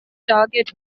target